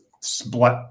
split